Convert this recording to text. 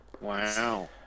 Wow